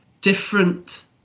different